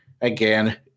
again